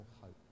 hope